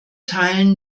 teilen